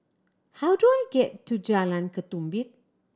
how do I get to Jalan Ketumbit